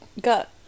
got